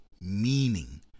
meaning